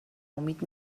امید